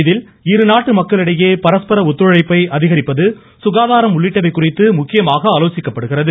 இதில் இரு நாட்டு மக்களுக்கிடையே பரஸ்பர ஒத்துழைப்பை அதிகரிப்பது சுகாதாரம் உள்ளிட்டவை குறித்து முக்கியமாக ஆலோசிக்கப்படுகிறது